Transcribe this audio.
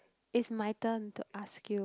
it's my turn to ask you